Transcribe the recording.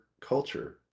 culture